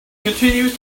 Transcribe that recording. continued